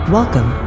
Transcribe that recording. Welcome